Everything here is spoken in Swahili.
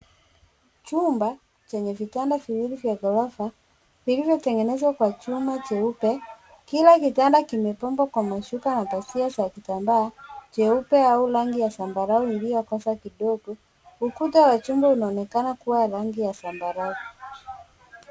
Chumba chenye vitanda viwili vya ghorofa vilivyotengenezwa kwa chuma jeupe. Kila kitanda kimepambwa kwa mashuka na pazia za kitambaa jeupe au rangi ya zambarau iliokoza kidogo. Ukuta wa chumba unaonekana kuwa rangi ya zambarau.